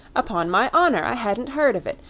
upon my honor i hadn't heard of it.